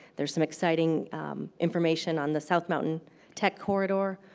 there's some exciting information on the south mountain tech corridor.